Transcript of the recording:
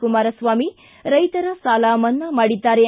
ಕುಮಾರಸ್ವಾಮಿ ರೈಶರ ಸಾಲ ಮನ್ನಾ ಮಾಡಿದ್ದಾರೆ